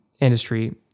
industry